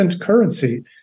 currency